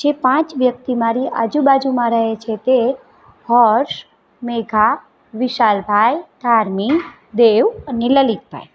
જે પાંચ વ્યક્તિ મારી આજુબાજુમાં રહે છે તે હર્ષ મેઘા વિશાલભાઈ ધાર્મી દેવ અને લલિતભાઈ